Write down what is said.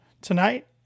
tonight